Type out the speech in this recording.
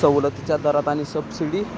सवलतीच्या दरात आणि सबसिडी